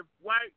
white